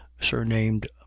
surnamed